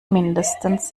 mindestens